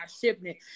shipment